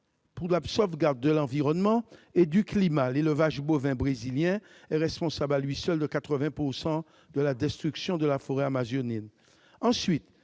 pour la sauvegarde de l'environnement et du climat- l'élevage bovin brésilien est responsable, à lui seul, de 80 % de la destruction de la forêt amazonienne.